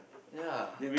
ya